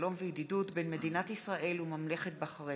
שלום וידידות בין מדינת ישראל לממלכת בחריין,